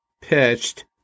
pitched